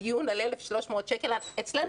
כאן דיון על 1,300 שקלים וכאימא לילד בחמ"ד,